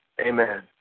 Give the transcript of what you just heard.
Amen